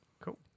Cool